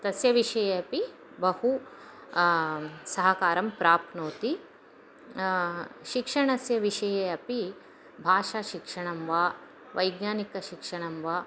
तस्य विषये अपि बहु सहकारं प्राप्नोति शिक्षणस्य विषये अपि भाषाशिक्षणं वा वैज्ञानिकशिक्षणं वा